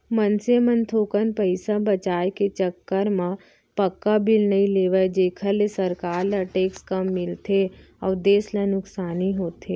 मनसे मन थोकन पइसा बचाय के चक्कर म पक्का बिल नइ लेवय जेखर ले सरकार ल टेक्स कम मिलथे अउ देस ल नुकसानी होथे